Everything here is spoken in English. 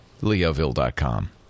leoville.com